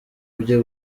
byo